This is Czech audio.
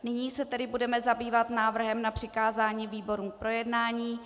Nyní se tedy budeme zabývat návrhem na přikázání výborům k projednání.